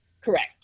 Correct